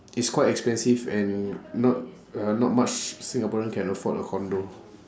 it's quite expensive and not uh not much singaporean can afford a condo